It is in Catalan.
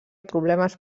problemes